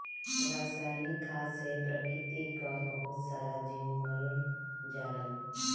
रासायनिक खाद से प्रकृति कअ बहुत सारा जीव मर जालन